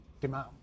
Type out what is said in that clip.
demand